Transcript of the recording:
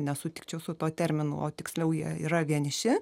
nesutikčiau su tuo terminu o tiksliau jie yra vieniši